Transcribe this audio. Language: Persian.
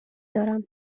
دارم